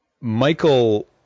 Michael